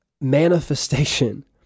manifestation